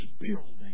building